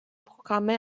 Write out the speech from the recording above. programme